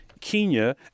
Kenya